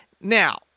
Now